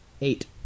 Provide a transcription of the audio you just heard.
Eight